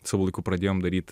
savo laiku pradėjom daryt